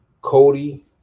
Cody